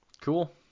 Cool